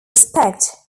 respect